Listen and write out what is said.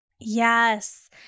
Yes